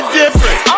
different